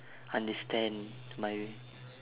understand my